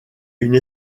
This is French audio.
une